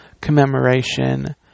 commemoration